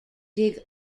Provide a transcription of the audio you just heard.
dig